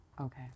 Okay